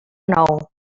nou